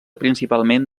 principalment